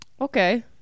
Okay